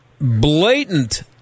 blatant